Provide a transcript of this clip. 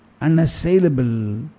unassailable